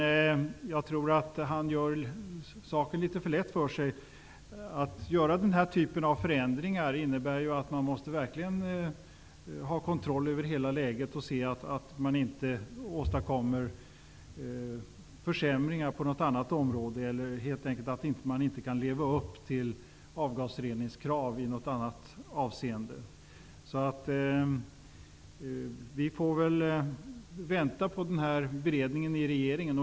Jag tror att Max Montalvo gör det litet för lätt för sig. För att göra dessa förändringar måste man verkligen ha kontroll över läget så att man inte åstadkommer försämringar på något annat område eller helt enkelt inte kan leva upp till avgasreningskraven i något annat avseende. Vi får därför avvakta beredningen i regeringen.